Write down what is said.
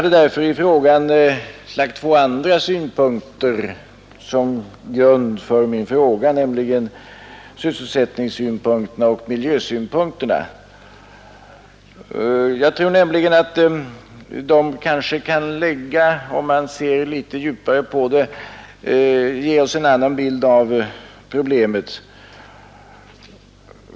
Därför hade jag lagt två andra synpunkter som grund för min fråga, nämligen sysselsättningsoch miljösynpunkterna. Jag tror nämligen att de, om man ser litet djupare på dem, kan ge oss en annan bild av problemet.